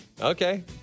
okay